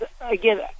again